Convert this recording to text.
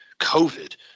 COVID